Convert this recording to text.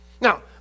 Now